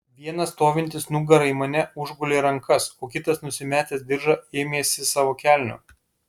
vienas stovintis nugara į mane užgulė rankas o kitas nusimetęs diržą ėmėsi savo kelnių